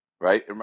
right